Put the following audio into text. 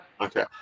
Okay